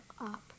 up